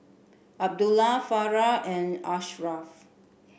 Abdullah Farah and Ashraf